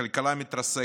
הכלכלה מתרסקת,